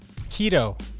Keto